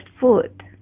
food